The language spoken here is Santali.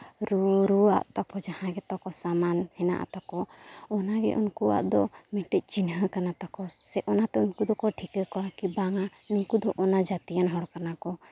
ᱨᱩ ᱨᱩᱣᱟᱜ ᱛᱟᱠᱚ ᱡᱟᱦᱟᱸ ᱜᱮᱛᱟ ᱠᱚ ᱥᱟᱢᱟᱱ ᱦᱮᱱᱟᱜ ᱛᱟᱠᱚ ᱚᱱᱟ ᱜᱮ ᱩᱱᱠᱩᱣᱟᱜ ᱫᱚ ᱢᱤᱫᱴᱤᱡ ᱪᱤᱱᱦᱟᱹ ᱠᱟᱱᱟ ᱛᱟᱠᱚ ᱥᱮ ᱚᱱᱟ ᱛᱮ ᱩᱱᱠᱩ ᱫᱚᱠᱚ ᱴᱷᱤᱠᱟᱹ ᱠᱚᱣᱟ ᱠᱤ ᱵᱟᱝᱟ ᱱᱩᱜᱠᱩ ᱫᱚ ᱚᱱᱟ ᱡᱟᱹᱛᱤ ᱟᱱ ᱦᱚᱲ ᱠᱟᱱᱟ ᱠᱚ